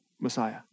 Messiah